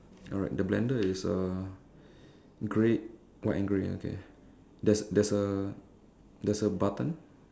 alright the blender is uh grey white and grey okay there's there's a there's a button